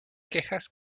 quejas